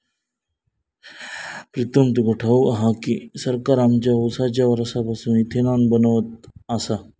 प्रीतम तुका ठाऊक हा काय की, सरकार आमच्या उसाच्या रसापासून इथेनॉल बनवत आसा